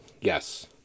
Yes